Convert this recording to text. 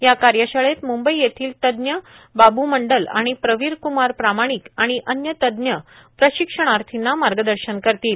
या कार्यशाळेत म्ंबई येथील तज्ज बाब् मंडल आणि प्रबीर क्मार प्रामाणिक आणि अन्य तज्ञ प्रशिक्षाणार्थींना मार्गदर्शन करतील